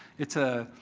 it's a